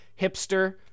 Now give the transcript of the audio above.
hipster